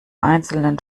einzelnen